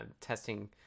Testing